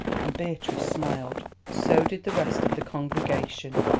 and beatrice smiled. so did the rest of the congregation,